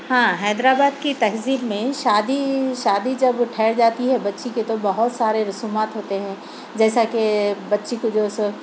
ہاں حیدر آباد کی تہذیب میں شادی شادی جب ٹھہر جاتی ہے بچی کی تو بہت سارے رسومات ہوتے ہیں جیسا کہ بچی کو جو ہے سو